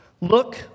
Look